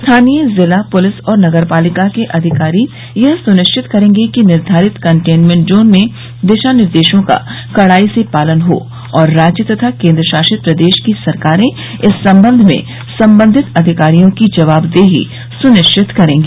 स्थानीय जिला पुलिस और नगरपालिका के अधिकारी यह सुनिश्चित करेंगे कि निर्धारित कंटेन्मेंट जोन में दिशानिदेशों का कड़ाई से पालन हो और राज्य तथा केंद्रशासित प्रदेश की सरकारें इस संबंध में संबंधित अधिकारियों की जवाबदेही सुनिश्चित करेंगी